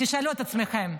תשאלו את עצמכם.